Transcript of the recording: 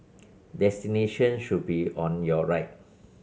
destination should be on your right